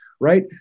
right